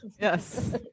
Yes